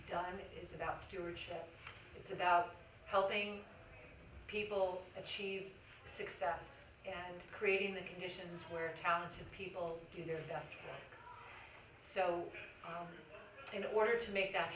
it is about stewardship it's about helping people achieve success and creating the conditions where talented people do their best so in order to make that